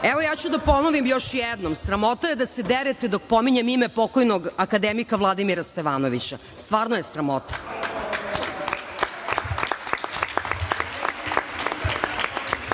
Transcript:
svi? Ponoviću još jednom, sramota je da se derete dok pominjem ime pokojnog akademika Vladimira Stevanovića. Stvarno je sramota.